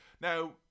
now